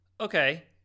Okay